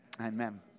Amen